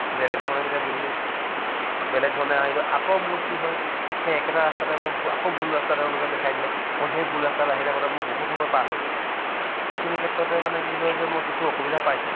বেলেগ ধৰণে যেতিয়া বুজি বেলেগ ধৰণে আহিলোঁ আকৌ মোৰ কি হয় সেই একেটা ৰাস্তাতে মোৰ আকৌ ভুল ৰাস্তাতে তেওঁলোকে দেখাই দিলে মই সেই ভুল ৰাস্তাইদি আহি থাকোঁতে মোৰ বহুত সময় পাৰ হৈ গ'ল এইখিনি ক্ষেত্ৰতে মানে কি হয় যে মই কিছু অসুবিধা পাইছোঁ